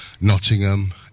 Nottingham